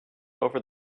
over